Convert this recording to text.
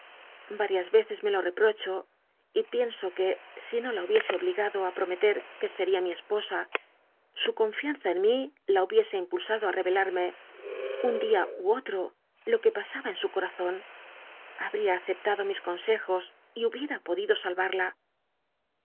varias veces me lo reprocho y pienso que si no la hubiese obligado á prometer que seria mi esposa su confianza en mi la hubiese impulsado á revelarme un dia ú otro lo que pasaba en su corazon habl'ia aceptado mis consejos y hubiera podido sallarla